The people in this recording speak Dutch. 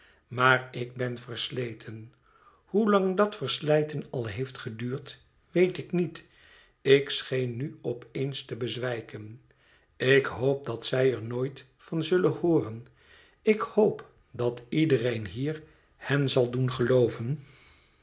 maar ik ben versleten hoelang dat verslijten al heeft geduurd weet ik niet ik scheen nu op eens te bezwijken ik hoop dat zij er nooit van zullen hooren ik hoop dat iedereen hier hen zal doen gelooven